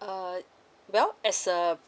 uh well as a